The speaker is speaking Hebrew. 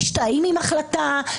משתהים עם החלטה,